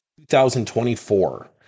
2024